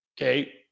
okay